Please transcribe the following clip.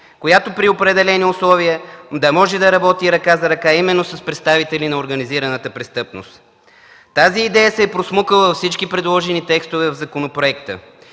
която при определени условия да може да работи ръка за ръка именно с представители на организираната престъпност. Тази идея се е просмукала във всички предложени текстове в законопроекта.